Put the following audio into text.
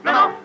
no